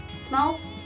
smells